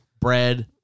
bread